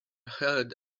heard